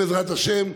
בעזרת השם,